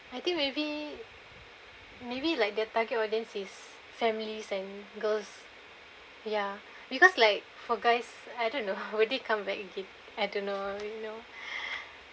I think maybe maybe like their target audience is families and girls ya because like for guys I don't know would they come back again I don't know maybe no